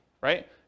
right